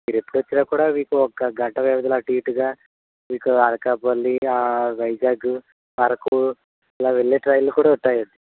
మీరు ఎప్పుడొచ్చినా కూడా మీకు ఒక గంట లోపల అటుఇటుగా మీకు అనకాపల్లి వైజాగ్ అరకు ఇలా వెళ్ళే ట్రైన్లు కూడా ఉంటాయండి